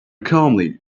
calmly